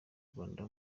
rwanda